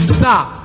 stop